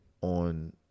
on